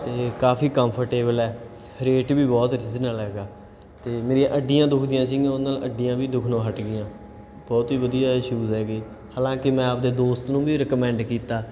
ਅਤੇ ਕਾਫ਼ੀ ਕੰਫਰਟੇਬਲ ਹੈ ਰੇਟ ਵੀ ਬਹੁਤ ਰਿਜਨਲ ਹੈਗਾ ਅਤੇ ਮੇਰੀਆਂ ਅੱਡੀਆਂ ਦੁੱਖਦੀਆਂ ਸੀਗੀਆਂ ਉਹਦੇ ਨਾਲ ਅੱਡੀਆਂ ਵੀ ਦੁੱਖਣੋਂ ਹਟ ਗਈਆਂ ਬਹੁਤ ਹੀ ਵਧੀਆ ਸ਼ੂਜ ਹੈਗੇ ਹਾਲਾਂਕਿ ਮੈਂ ਆਪਣੇ ਦੋਸਤ ਨੂੰ ਵੀ ਰਿਕਮੈਂਡ ਕੀਤਾ